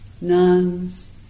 nuns